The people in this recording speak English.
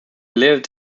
lived